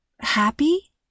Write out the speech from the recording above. happy